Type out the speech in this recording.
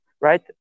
right